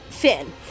Finn